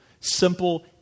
simple